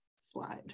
slide